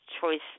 choice